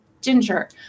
ginger